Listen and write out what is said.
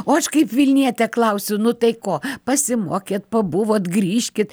o aš kaip vilnietė klausiu nu tai ko pasimokėt pabuvot grįžkit